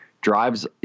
drives